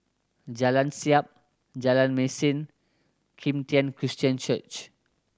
Jalan Siap Jalan Mesin Kim Tian Christian Church